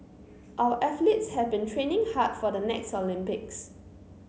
our athletes have been training hard for the next Olympics